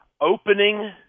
opening